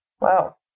Wow